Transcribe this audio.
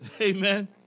Amen